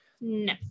No